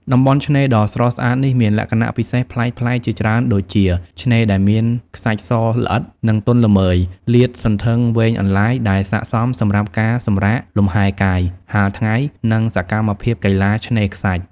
តំបន់ឆ្នេរដ៏ស្រស់ស្អាតនេះមានលក្ខណៈពិសេសប្លែកៗជាច្រើនដូចជា ឆ្នេរដែលមាន ខ្សាច់សល្អិត និងទន់ល្មើយ លាតសន្ធឹងវែងអន្លាយ ដែលស័ក្តិសមសម្រាប់ការសម្រាកលំហែកាយ ហាលថ្ងៃ និងសកម្មភាពកីឡាឆ្នេរខ្សាច់។